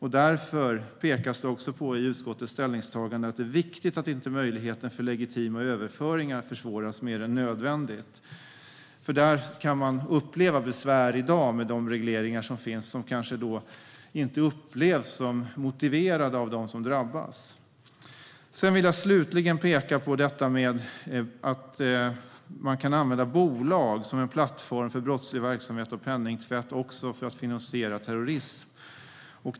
Därför pekas det i utskottets ställningstagande också på att det är viktigt att inte legitima överföringar försvåras mer än nödvändigt. Man kan uppleva besvär med de regleringar som finns i dag, och regleringarna upplevs kanske inte som motiverade av dem som drabbas. Slutligen vill jag peka på detta att man kan använda bolag som plattform för brottslig verksamhet och penningtvätt, också för att finansiera terrorism.